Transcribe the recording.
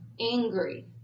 angry